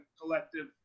collective